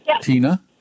Tina